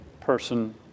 person